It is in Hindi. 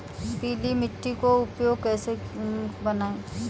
पीली मिट्टी को उपयोगी कैसे बनाएँ?